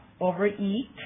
overeat